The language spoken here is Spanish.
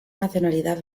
nacionalidad